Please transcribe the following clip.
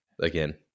again